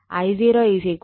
I0 Ic j Im